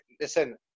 Listen